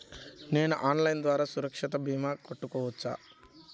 నేను ఆన్లైన్ ద్వారా సురక్ష భీమా కట్టుకోవచ్చా?